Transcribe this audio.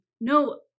No